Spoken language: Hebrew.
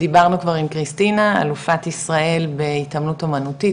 דיברנו כבר עם קריסטינה אלופת ישראל בהתעמלות אמנותית,